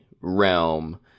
realm